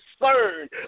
concerned